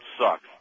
sucks